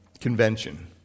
Convention